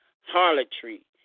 harlotry